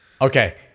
Okay